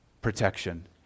protection